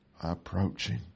approaching